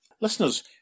Listeners